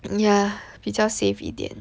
yah 比较 safe 一点